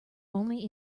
only